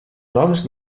noms